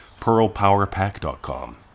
pearlpowerpack.com